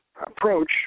approach